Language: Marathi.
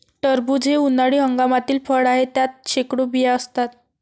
टरबूज हे उन्हाळी हंगामातील फळ आहे, त्यात शेकडो बिया असतात